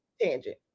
tangent